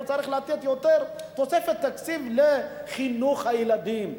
הוא צריך לתת תוספת תקציב לחינוך הילדים.